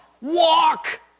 Walk